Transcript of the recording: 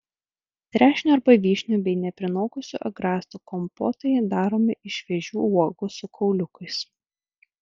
trešnių arba vyšnių bei neprinokusių agrastų kompotai daromi iš šviežių uogų su kauliukais